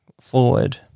forward